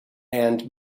and